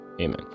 Amen